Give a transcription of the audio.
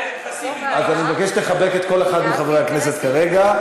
אז אני מבקש לחבק כל אחד מחברי הכנסת כרגע.